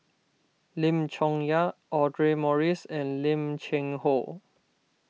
Lim Chong Yah Audra Morrice and Lim Cheng Hoe